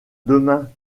demain